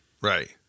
Right